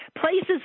places